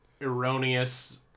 erroneous